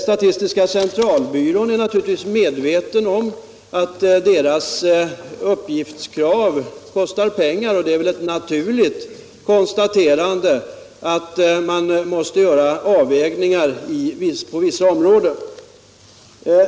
Statistiska centralbyrån är säkert medveten om att dess uppgiftskrav kostar pengar, och det är väl ett naturligt konstaterande att man måste göra avvägningar på vissa områden.